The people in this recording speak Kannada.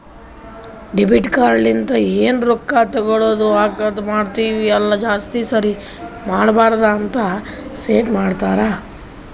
ಡೆಬಿಟ್ ಕಾರ್ಡ್ ಲಿಂತ ಎನ್ ರೊಕ್ಕಾ ತಗೊಳದು ಹಾಕದ್ ಮಾಡ್ತಿವಿ ಅಲ್ಲ ಜಾಸ್ತಿ ಸರಿ ಮಾಡಬಾರದ ಅಂತ್ ಸೆಟ್ ಮಾಡ್ತಾರಾ